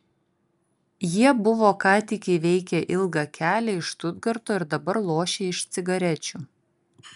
jie buvo ką tik įveikę ilgą kelią iš štutgarto ir dabar lošė iš cigarečių